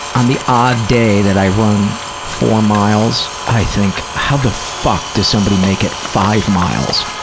on the odd day that i run four miles, i think, how the fuck does somebody make it five miles,